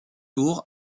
tour